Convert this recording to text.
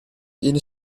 viene